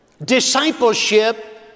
discipleship